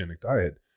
diet